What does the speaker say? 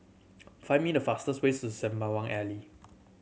find me the fastest ways Sembawang Alley